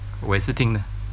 我也是听